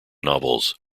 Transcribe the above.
novels